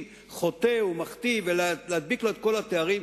וחוטא ומחטיא ולהדביק לו את כל התארים.